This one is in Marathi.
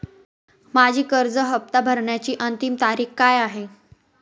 माझी कर्ज हफ्ता भरण्याची अंतिम तारीख काय आहे?